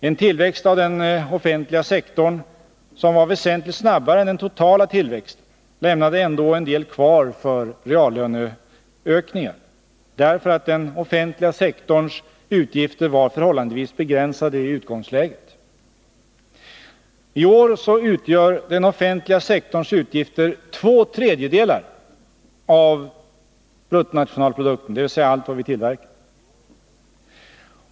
En tillväxt av den offentliga sektorn, som var väsentligt snabbare än den totala tillväxten, lämnade ändå en del kvar för reallöneökningar, därför att den offentliga sektorns utgifter var förhållandevis begränsade i utgångsläget. I år utgör den offentliga sektorns utgifter två tredjedelar av BNP.